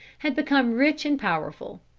had become rich and powerful.